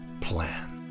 plan